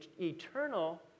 eternal